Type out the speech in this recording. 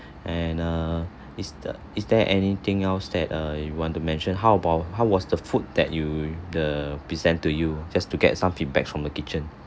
and err is the is there anything else that err you want to mention how about how was the food that you the present to you just to get some feedback from the kitchen